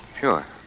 Sure